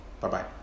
Bye-bye